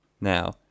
Now